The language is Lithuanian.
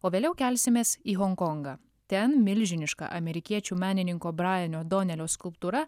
o vėliau kelsimės į honkongą ten milžiniška amerikiečių menininko brainio donelio skulptūra